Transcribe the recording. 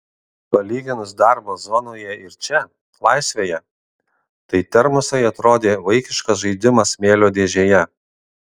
palyginus darbą zonoje ir čia laisvėje tai termosai atrodė vaikiškas žaidimas smėlio dėžėje